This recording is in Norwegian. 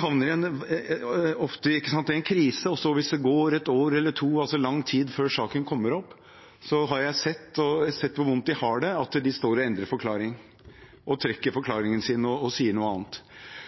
havner ofte i en krise. Hvis det går et år eller to, altså lang tid, før saken kommer opp, har jeg sett hvor vondt de har det, og at de står og endrer forklaring, trekker forklaringen sin og sier noe annet.